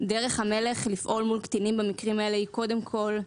דרך המלך לפעול מול קטינים במקרים האלה היא קודם כול,